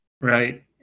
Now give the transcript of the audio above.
Right